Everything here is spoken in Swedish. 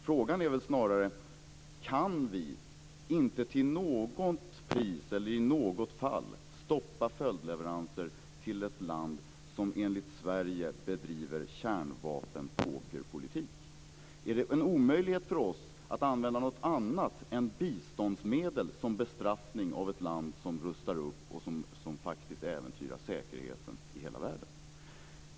Frågan är väl snarare om vi inte till något pris eller i något fall kan stoppa följdleveranser till ett land som enligt Sverige bedriver kärnvapenpokerpolitik. Är det en omöjlighet för oss att använda något annat än minskade biståndsmedel som bestraffning av ett land som rustar upp och som faktiskt äventyrar säkerheten i hela världen?